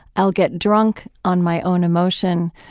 i'll get drunk on my own emotion.